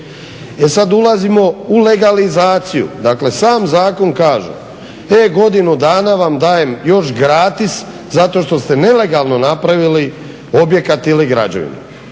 sad ulazimo u legalizaciju, dakle sam zakon kaže: "E godini dana vam dajem još gratis, zato što ste nelegalno napravili objekat ili građevinu.".